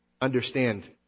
understand